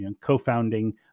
co-founding